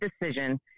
decision